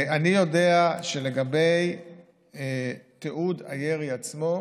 אני יודע שלגבי תיעוד הירי עצמו,